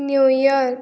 New York